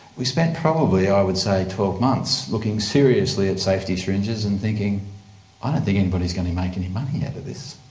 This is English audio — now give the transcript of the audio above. we spent probably i would say twelve months looking seriously at safety syringes and thinking i don't think anybody's going to make any money out of this.